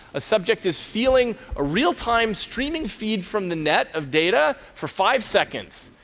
a subject is feeling a real-time streaming feed from the net of data for five seconds.